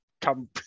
Come